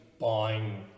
buying